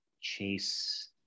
chase